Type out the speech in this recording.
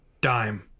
dime